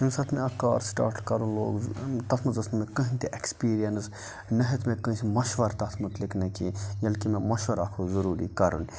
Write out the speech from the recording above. ییٚمہِ ساتہٕ مےٚ اَکھ کار سٕٹاٹ کَرُن لوگ تَتھ منٛز ٲس نہٕ مےٚ کٕہٕنۍ تہِ اٮ۪کٕسپیٖریَنٕس نہ ہیوٚت مےٚ کٲنٛسہِ مَشوَرٕ تَتھ متعلق نہ کینٛہہ ییٚلہِ کہِ مےٚ مَشوَرٕ اَکھ اوس ضٔروٗری کَرُن